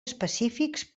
específics